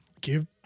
Give